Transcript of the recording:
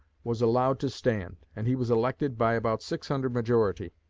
was allowed to stand, and he was elected by about six hundred majority.